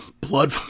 blood